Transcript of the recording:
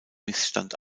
missstand